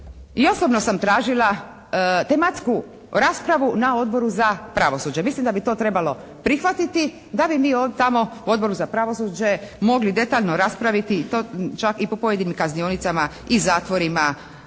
i osobno sam tražila tematsku raspravu na Odboru za pravosuđe. Mislim da bi to trebalo prihvatiti da bi mi tamo na Odboru za pravosuđe mogli detaljno raspraviti i to čak i po pojedinim kaznionicama i zatvorima